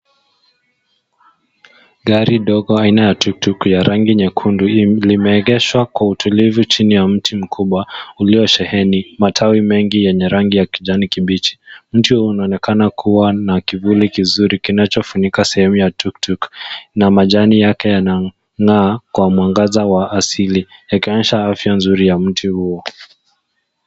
Gari ndogo aina ya tuktuk ya rangi nyekundu limeegeshwa kwa utulivu chini ya miti mkubwa iliosheheni matawi mengi enye rangi kijani kibichi. Mti huu unaonekana kuwa na kivuli kizuri kinacho funika sehemu ya tuktuk na majani yake yanangaa kwa mwangaza wa asili yakionyesha afya nzuri ya miti huo.